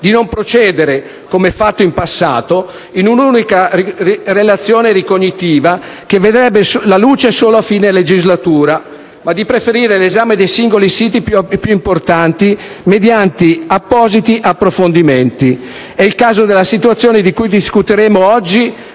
di non procedere - come fatto in passato - con un'unica relazione ricognitiva, che vedrebbe la luce solo a fine legislatura, ma di preferire l'esame dei singoli siti più importanti mediante appositi approfondimenti. È questo il caso della situazione di cui discuteremo oggi